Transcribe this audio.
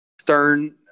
stern